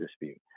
dispute